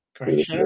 Great